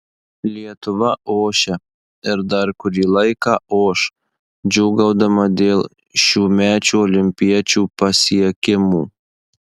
lietuva ošia ir dar kurį laiką oš džiūgaudama dėl šiųmečių olimpiečių pasiekimų